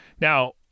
Now